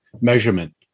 measurement